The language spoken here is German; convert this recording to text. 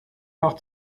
noch